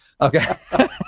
Okay